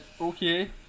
okay